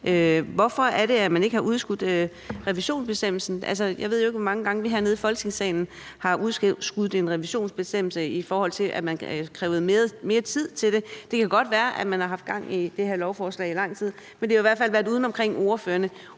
Hvorfor er det, at man ikke har udskudt revisionsbestemmelsen? Altså, jeg ved ikke, hvor mange gange vi hernede i Folketingssalen har udskudt en revisionsbestemmelse, fordi det krævede mere tid. Det kan godt være, at man har haft gang i det her lovforslag i lang tid, men det har jo i hvert fald været uden om ordførerne.